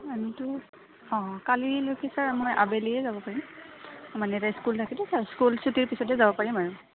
আমিতো অঁ কালিলৈকি ছাৰ মই আবেলিয়ে যাব পাৰিম মানে এটা স্কুল থাকোতো ছাৰ স্কুল ছুটীৰ পিছতে যাব পাৰিম আৰু